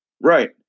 right